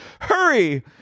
Hurry